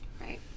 Right